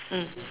mm